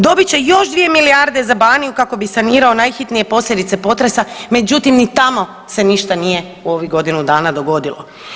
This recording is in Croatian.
Dobit će još 2 milijarde za Banovinu kako bi sanirao najhitnije posljedice potresa, međutim ni tamo se ništa nije u ovih godinu dana dogodilo.